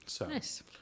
Nice